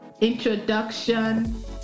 introduction